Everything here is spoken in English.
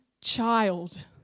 child